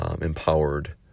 empowered